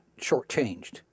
shortchanged